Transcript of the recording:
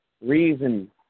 reason